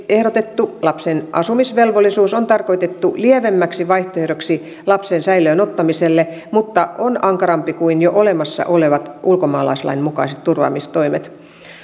ehdotettu lapsen asumisvelvollisuus on tarkoitettu lievemmäksi vaihtoehdoksi lapsen säilöön ottamiselle mutta on ankarampi kuin jo olemassa olevat ulkomaalaislain mukaiset turvaamistoimet